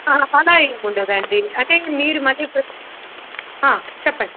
అలా ఏం ఉండదండి అంటే మీరు మనీ చెప్పండి